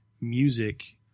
music